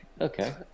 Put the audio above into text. Okay